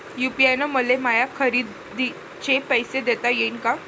UPI न मले माया खरेदीचे पैसे देता येईन का?